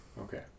Okay